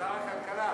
שר הכלכלה.